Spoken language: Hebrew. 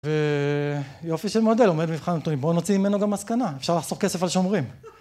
ויופי של מודל, עומד במבחן הנתונים, בוא נוציא ממנו גם מסקנה, אפשר לחסוך כסף על שומרים.